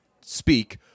speak